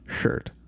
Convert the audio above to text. shirt